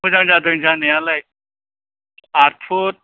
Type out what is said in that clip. मोजां जादों जानायालाय आदफुद